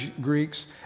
Greeks